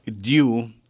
due